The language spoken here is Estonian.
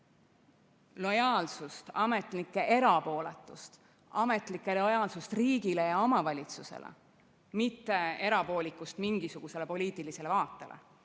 lojaalsust, ametnike erapooletust, ametnike lojaalsust riigile ja omavalitsusele, mitte erapoolikust mingisuguse poliitilise vaate